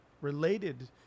related